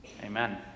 Amen